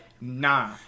nah